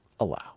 allow